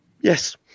Yes